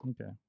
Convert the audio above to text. Okay